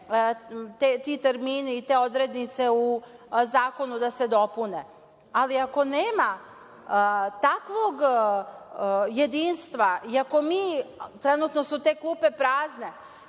ti termini i te odrednice u zakonu da se dopune, ali ako nema takvog jedinstva i ako mi, trenutno su te klupe prazne,